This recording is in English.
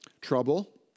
Trouble